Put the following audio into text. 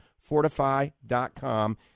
Fortify.com